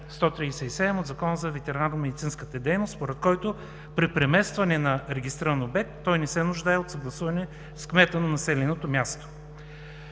от Закона за ветеринарномедицинската дейност, според който при преместване на регистриран обект той не се нуждае от съгласуване с кмета на населеното място.